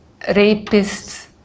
rapists